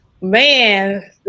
Man